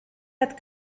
had